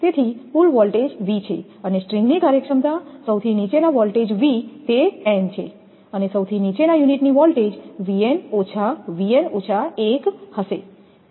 તેથી કુલ voltage V છે અને સ્ટ્રિંગ ની કાર્યક્ષમતા સૌથી નીચેના વોલ્ટેજ v તે n છે અને સૌથી નીચેના યુનિટ ની વોલ્ટેજ 𝑉𝑛 હશે એનો અર્થ એ જ છે